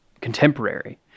contemporary